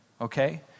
Okay